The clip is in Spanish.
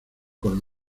con